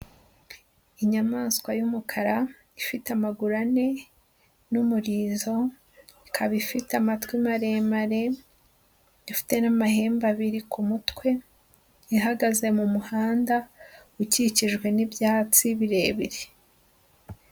Inyamaswa y'umukara ifite amaguru ane n'umurizo, ikaba ifite amatwi maremare, ifite n'amahembe abiri ku mutwe, ihagaze mu muhanda ukikijwe n'ibyatsi birebire.